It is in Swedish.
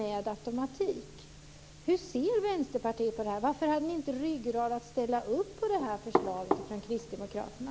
Hur ser ni i Vänsterpartiet på detta? Varför hade ni inte ryggrad att ställa upp på förslaget från Kristdemokraterna?